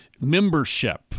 membership